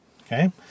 Okay